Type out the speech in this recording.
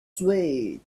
swayed